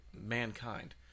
mankind